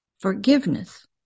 forgiveness